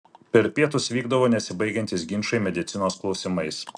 per pietus vykdavo nesibaigiantys ginčai medicinos klausimais